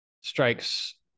strikes